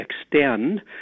extend